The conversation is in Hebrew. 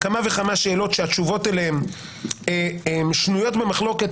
יש כמה וכמה שאלות שהתשובות עליהן שנויות במחלוקת